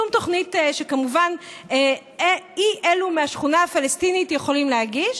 שום תוכנית שכמובן אי אלו מהשכונה הפלסטינית יכולים להגיש.